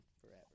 forever